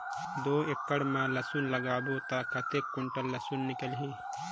दो एकड़ मां लसुन लगाहूं ता कतेक कुंटल लसुन निकल ही?